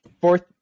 fourth